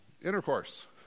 Intercourse